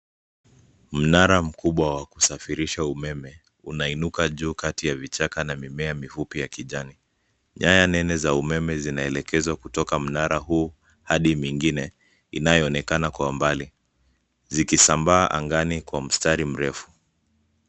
Mnara mkubwa wa kusafirisha umeme unainuka juu kati ya vichaka na mimea mifupi ya kijani. Nyaya nene za umeme zinaelekezwa kutoka mnara huu hadi mingine inayoonekana kwa mbali zikisambaa angani kwa mstari mrefu.